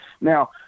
Now